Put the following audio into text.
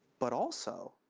but also.